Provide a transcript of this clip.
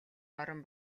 орон